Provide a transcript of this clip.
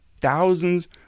thousands